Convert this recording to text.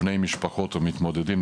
בני המשפחות של המתמודדים,